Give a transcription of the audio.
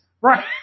right